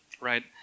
right